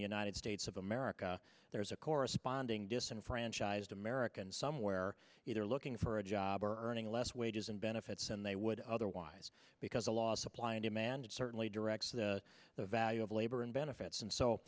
the united states of america there's a corresponding disenfranchised american somewhere either looking for a job or earning less wages and benefits and they would otherwise because a lot supply and demand certainly directs the value of labor and benefits and so